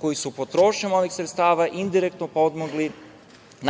koji su, potrošnjom ovih sredstava, indirektno pomogli